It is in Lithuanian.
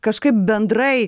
kažkaip bendrai